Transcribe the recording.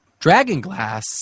Dragonglass